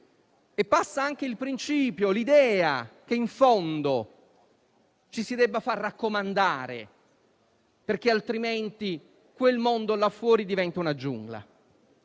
e passano anche il principio e l'idea che, in fondo, ci si debba far raccomandare, altrimenti quel mondo là fuori diventa una giungla.